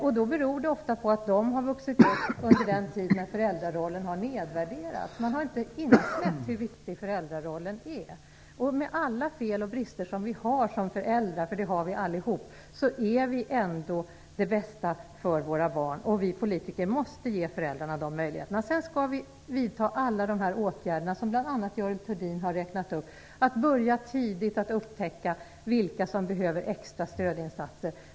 Det beror ofta på att de har vuxit upp under den tid då föräldrarollen har nedvärderats. Man har inte insett hur viktig föräldrarollen är. Med alla de fel och brister som vi alla har som föräldrar är vi ändå det bästa för våra barn. Vi politiker måste ge föräldrarna möjligheter till det. Sedan skall vi vidta alla de åtgärder som bl.a. Görel Thurdin har räknat upp och börja tidigt för att upptäcka vilka som behöver extra stödinsatser.